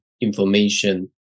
information